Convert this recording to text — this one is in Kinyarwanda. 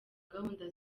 gahunda